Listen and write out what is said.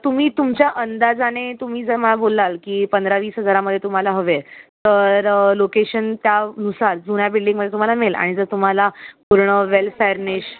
तुम्ही तुमच्या अंदाजाने तुम्ही जर मला बोलाल की पंधरा वीस हजारामध्ये तुम्हाला हवे आहे तर लोकेशन त्यानुसार जुन्या बिल्डींगमध्ये तुम्हाला मिळेल आणि जर तुम्हाला पूर्ण वेल फेर्निश